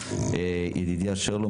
ידידיה שרלו,